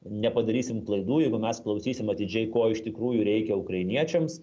nepadarysim klaidų jeigu mes klausysim atidžiai ko iš tikrųjų reikia ukrainiečiams